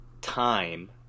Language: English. Time